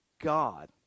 God